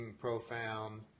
profound